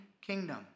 kingdom